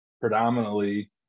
predominantly